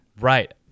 Right